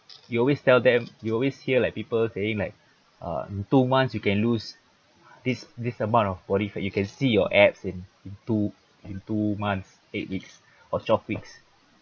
you always tell them you always hear like people saying like uh in two months you can lose this this amount of body fat you can see your abs in in two in two months eight weeks or twelve weeks